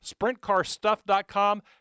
SprintCarStuff.com